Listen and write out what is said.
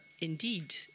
indeed